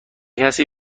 کسی